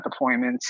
deployments